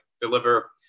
deliver